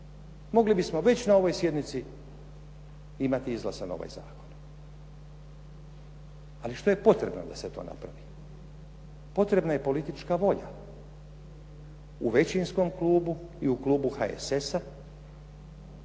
Mogli bismo već na ovoj sjednici imati izglasan ovaj zakon. Ali što je potrebno da se to napravi? Potrebna je politička volja u većinskom klubu i u klubu HSS-a